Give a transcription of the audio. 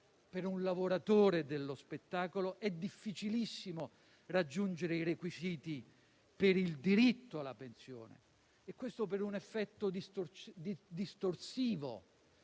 per un lavoratore dello spettacolo è difficilissimo raggiungere i requisiti per il diritto alla pensione, a causa di un effetto distorsivo